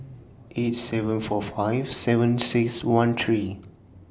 eight seven four five seven six one three